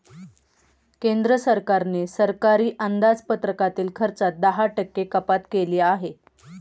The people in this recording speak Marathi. केंद्र सरकारने सरकारी अंदाजपत्रकातील खर्चात दहा टक्के कपात केली आहे